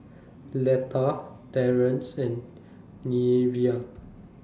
Letta Terance and Neveah